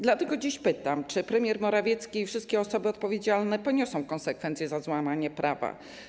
Dlatego dziś pytam: Czy premier Morawiecki i wszystkie osoby odpowiedzialne poniosą konsekwencje za złamanie prawa?